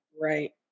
Right